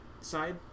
side